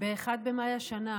ב-1 במאי השנה,